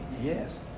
Yes